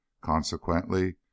Consequently